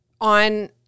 on